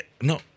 no